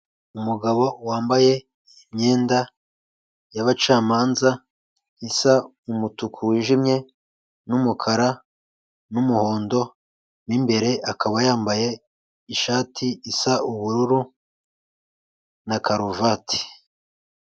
Umugabo wambaye imyenda y'abacamanza isa umutuku wijimye n'umukara n'umuhondo, mu imbere akaba yambaye ishati isa ubururu na karuvati.